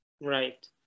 Right